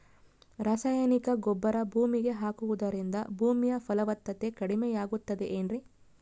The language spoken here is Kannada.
ರಾಸಾಯನಿಕ ಗೊಬ್ಬರ ಭೂಮಿಗೆ ಹಾಕುವುದರಿಂದ ಭೂಮಿಯ ಫಲವತ್ತತೆ ಕಡಿಮೆಯಾಗುತ್ತದೆ ಏನ್ರಿ?